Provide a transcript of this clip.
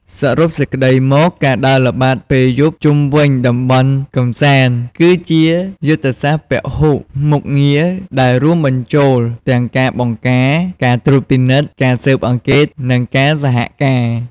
សរុបសេចក្តីមក ការដើរល្បាតពេលយប់ជុំវិញតំបន់កម្សាន្ត គឺជាយុទ្ធសាស្ត្រពហុមុខងារដែលរួមបញ្ចូលទាំងការបង្ការ ការត្រួតពិនិត្យ ការស៊ើបអង្កេត និងការសហការ។